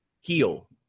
heal